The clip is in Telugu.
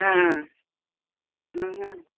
ఆ